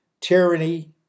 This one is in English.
tyranny